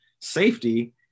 safety